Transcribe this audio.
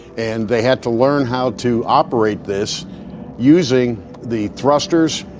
and they had to learn how to operate this using the thrusters.